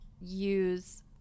use